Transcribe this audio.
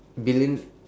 billion~